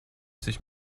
sich